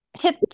Hit